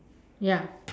ya